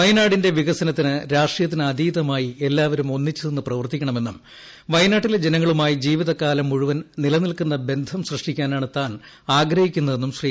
വയനാടിന്റെ വികസ്നത്തിന് രാഷ്ട്രീയത്തിന് അതീതമായി എല്ലാവരും ഒന്നിച്ചു നിന്ന് പ്രവർത്തിക്കണമെന്നും വയനാട്ടിലെ ജനങ്ങളുമായി ജീവിതകാലം മുഴുവൻ നിലനിൽക്കുന്ന ബന്ധം സൃഷ്ടിക്കാനാണ് താൻ ആഗ്രഹിക്കുന്നതെന്നും ശ്രീ